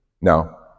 No